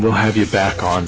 we'll have you back on